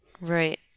Right